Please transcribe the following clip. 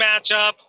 matchup